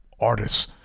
artists